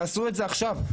תעשו את זה עכשיו.